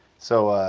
so